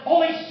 Holy